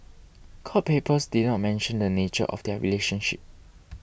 court papers did not mention the nature of their relationship